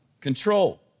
Control